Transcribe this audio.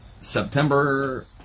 September